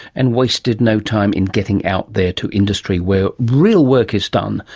and wasted no time in getting out there to industry where real work is done.